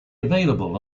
available